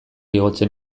igotzen